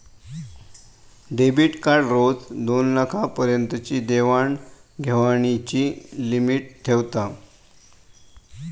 debit card रोज दोनलाखा पर्यंतची देवाण घेवाणीची लिमिट ठेवता